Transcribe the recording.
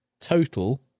total